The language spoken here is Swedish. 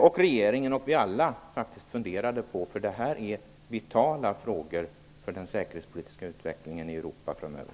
och regeringen - och vi alla - funderade på, för det här är vitala frågor för den säkerhetspolitiska utvecklingen i Europa framöver.